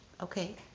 okay